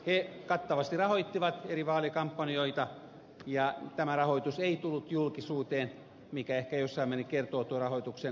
he kattavasti rahoittivat eri vaalikampanjoita ja tämä rahoitus ei tullut julkisuuteen mikä ehkä jossain määrin kertoo tuon rahoituksen luonteesta